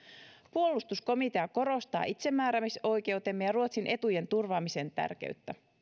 puolustuskomitea korostaa itsemääräämisoikeutemme ja ruotsin etujen turvaamisen tärkeyttä